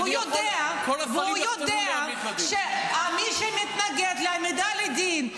והוא יודע --- כל השרים יחתמו --- הוא יודע שמי שמתנגד להעמדה לדין,